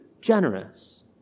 generous